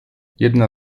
jedna